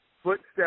Footsteps